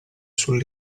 sul